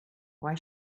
why